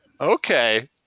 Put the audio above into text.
Okay